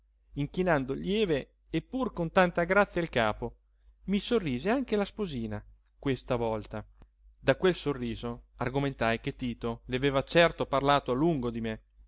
inchinando lieve e pur con tanta grazia il capo mi sorrise anche la sposina questa volta da quel sorriso argomentai che tito le aveva certo parlato a lungo di me